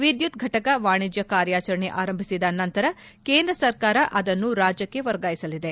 ವಿದ್ಯುತ್ ಘಟಕ ವಾಣಿಜ್ಯ ಕಾರ್ಯಾಚರಣೆ ಆರಂಭಿಸಿದ ನಂತರ ಕೇಂದ್ರ ಸರ್ಕಾರ ಅದನ್ನು ರಾಜ್ಯಕ್ಕೆ ವರ್ಗಾಯಿಸಲಿದೆ